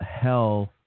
health